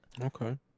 Okay